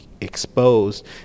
exposed